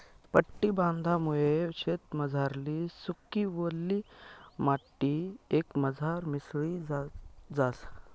पट्टी बांधामुये शेतमझारली सुकी, वल्ली माटी एकमझार मिसळी जास